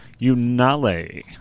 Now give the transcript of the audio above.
Unale